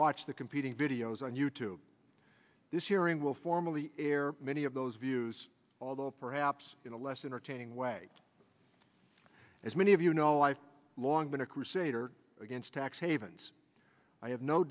watch the competing videos on you tube this hearing will formally air many of those views although perhaps in a less entertaining way as many of you know i've long been a crusader against tax havens i have no